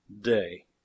day